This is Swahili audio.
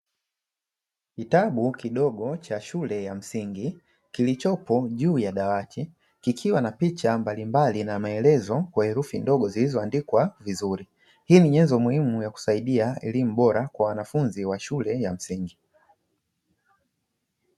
Kitabu kidogo cha shule ya msingi kilichopo juu ya dawati, kikiwa na picha mbalimbali na maelezo kwa herufi ndogo zilizoandikwa vizuri. Hii ni nyenzo muhimu ya kusaidia elimu bora kwa wanafunzi wa shule ya msingi.